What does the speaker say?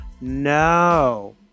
no